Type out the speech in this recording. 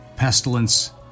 Pestilence